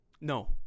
No